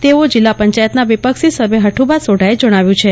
તેવો જીલ્લા પંચાયતના વિપક્ષી સભ્ય હઠ઼ભા સોઢાએ જણાવ્યું છે